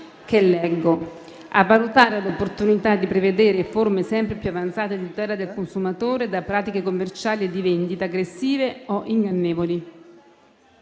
Governo: a valutare l'opportunità di prevedere forme sempre più avanzate di tutela dei consumatori da pratiche commerciali o di vendita aggressive o ingannevoli,